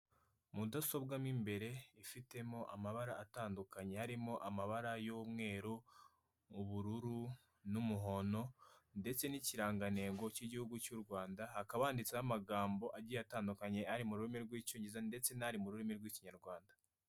Mudasobwa mo imbere ifitemo amabara atandukanye, harimo amabara y'umweru, ubururu, n'umuhondo, ndetse n'ikirangantego y'igihugu cy'u Rwanda, hakaba handitseho amagambo agiye atandukanye ari mu rurimi rw'icyongereza, ndetse n'ari mu rurimi rw'ikinyarwanda.